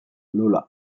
lula